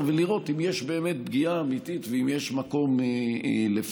ולראות אם יש פגיעה אמיתית ואם יש מקום לפצות.